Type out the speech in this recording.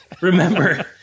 Remember